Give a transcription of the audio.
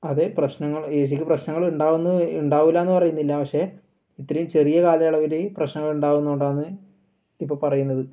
അത് പ്രശ്നങ്ങൾ എ സിക്ക് പ്രശ്നങ്ങൾ ഉണ്ടാവുന്നു ഉണ്ടാവില്ലാന്ന് പറയുന്നില്ല പക്ഷേ ഇത് ചെറിയ കാലയളവിൽ പ്രശ്നങ്ങളുണ്ടാകുന്നത് കൊണ്ടാണ് ഇപ്പം പറയുന്നത്